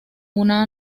una